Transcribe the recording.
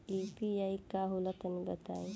इ यू.पी.आई का होला तनि बताईं?